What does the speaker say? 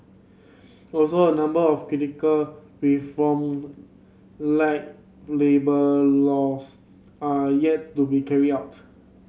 also a number of critical reform like labour laws are yet to be carried out